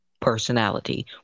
personality